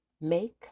make